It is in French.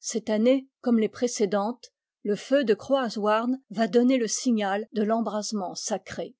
cette année comme les précédentes le feu de croaz houarn va donner le signal de l'embrasement sacré